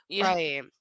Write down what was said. Right